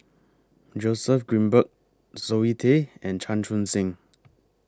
Joseph Grimberg Zoe Tay and Chan Chun Sing